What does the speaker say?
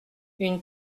une